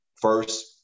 first